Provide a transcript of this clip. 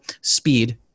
speed